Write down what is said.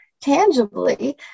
tangibly